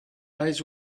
eyes